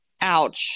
ouch